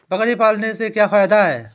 बकरी पालने से क्या फायदा है?